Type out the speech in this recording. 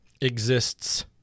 exists